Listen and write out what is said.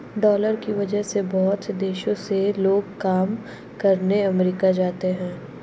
dollar की वजह से बहुत से देशों से लोग काम करने अमरीका जाते हैं